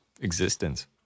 existence